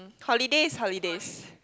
holidays holidays